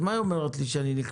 אז מה היא אומרת לי כשאני נכנס?